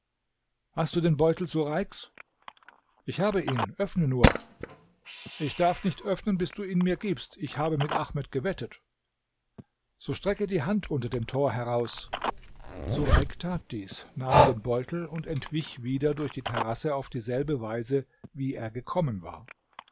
hast du den beutel sureiks ich habe ihn öffne nur ich darf nicht öffnen bis du mir ihn gibst ich habe mit ahmed gewettet so strecke die hand unter dem tor heraus sureik tat dies nahm den beutel und entwich wieder durch die terrasse auf dieselbe weise wie er gekommen war